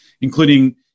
including